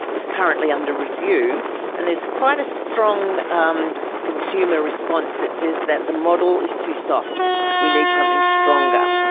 is currently under review and there's quite a strong um consumer response that says that the model is too soft we need something stronger.